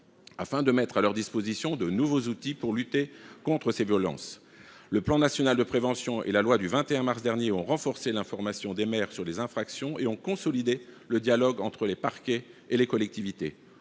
afin de mettre à leur disposition de nouveaux outils pour lutter contre ces violences. Le plan national de prévention et la loi du 21 mars dernier ont renforcé l’information des maires sur les infractions et ont consolidé le dialogue entre parquets et collectivités